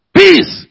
peace